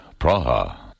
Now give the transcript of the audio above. Praha